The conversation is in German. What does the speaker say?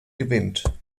gewinnt